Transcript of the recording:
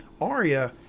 Arya